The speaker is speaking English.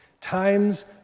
Times